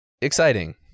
exciting